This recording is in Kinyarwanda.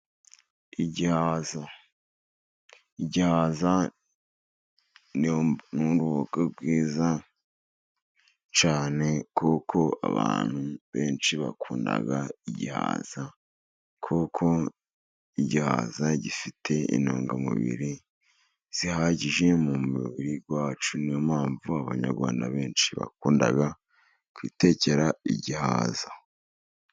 Igihaza. Igihaza ni uruboga bwiza cyane, kuko abantu benshi bakunda igihaza, kuko igihaza gifite intungamubiri zihagije mu mubiri wacu, ni yo mpamvu abanyarwanda benshi bakunda kwitekera igihaza.